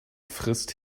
frisst